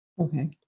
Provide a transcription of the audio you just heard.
Okay